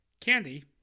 Candy